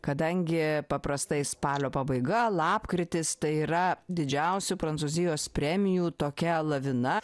kadangi paprastai spalio pabaiga lapkritis tai yra didžiausių prancūzijos premijų tokia lavina